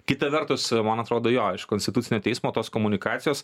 kita vertus man atrodo jo iš konstitucinio teismo tos komunikacijos